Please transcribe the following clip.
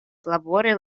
labori